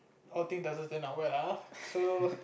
all thing doesn't turn out well lah so